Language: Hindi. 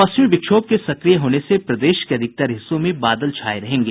पश्चिमी विक्षोभ के सक्रिय होने से प्रदेश के अधिकतर हिस्सों में बादल छाये रहेंगे